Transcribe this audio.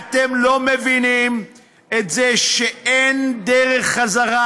אתם לא מבינים שאין דרך חזרה.